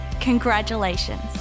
congratulations